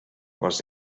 les